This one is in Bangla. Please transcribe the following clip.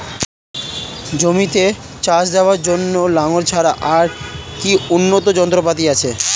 জমিতে চাষ দেওয়ার জন্য লাঙ্গল ছাড়া আর কি উন্নত যন্ত্রপাতি আছে?